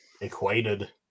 equated